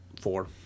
four